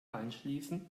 einschließen